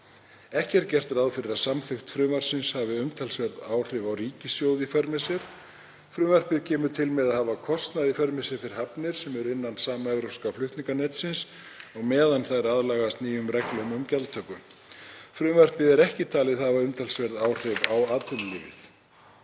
Ekki er gert ráð fyrir að samþykkt frumvarpsins hafi umtalsverð áhrif á ríkissjóð í för með sér. Frumvarpið kemur til með að hafa kostnað í för með sér fyrir hafnir sem eru innan samevrópska flutninganetsins og meðan þær aðlagast nýjum reglum um gjaldtöku. Frumvarpið er ekki talið hafa umtalsverð áhrif á atvinnulífið.